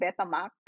Betamax